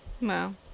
no